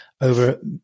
over